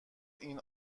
این